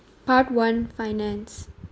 part one finance